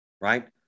right